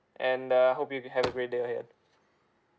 and I hope you'll have a great day ahead